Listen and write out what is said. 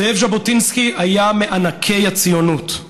זאב ז'בוטינסקי היה מענקי הציונות.